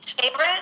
favorite